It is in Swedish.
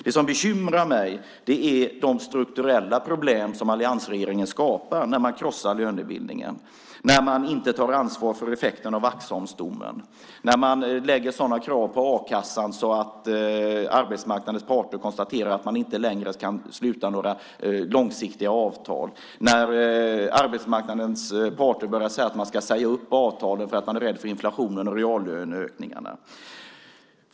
Det som bekymrar mig är de strukturella problem som alliansregeringen skapar när man krossar lönebildningen, när man inte tar ansvar för effekterna av Vaxholmsdomen, när man lägger sådana krav på a-kassan att arbetsmarknadens parter konstaterar att man inte längre kan sluta några långsiktiga avtal och när arbetsmarknadens parter börjar säga att man ska säga upp avtalen för att man är rädd för inflationen och reallöneökningarna.